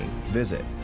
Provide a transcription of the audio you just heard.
visit